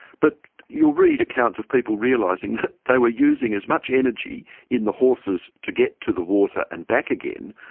but you'll read accounts of people realising that they were using as much energy in the horses to get to the water and back again,